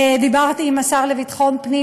דיברתי עם השר לביטחון פנים,